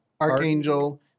Archangel